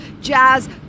jazz